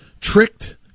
tricked